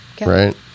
Right